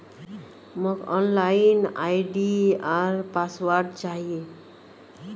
मोक log in ID आर password चाहि